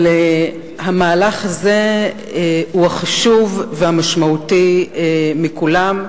אבל המהלך הזה הוא החשוב והמשמעותי מכולם,